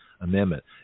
amendment